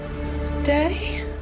Daddy